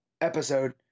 episode